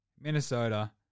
Minnesota